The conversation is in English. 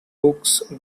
books